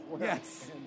Yes